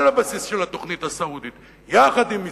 על הבסיס של התוכנית הסעודית, יחד עם מצרים,